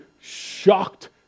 shocked